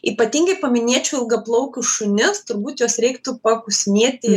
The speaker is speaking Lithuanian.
ypatingai paminėčiau ilgaplaukius šunis turbūt juos reiktų pakusinėti